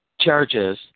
charges